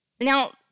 Now